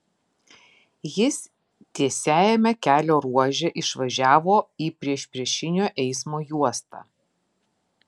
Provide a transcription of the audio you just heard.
jis tiesiajame kelio ruože išvažiavo į priešpriešinio eismo juostą